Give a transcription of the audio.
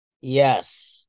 Yes